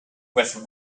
with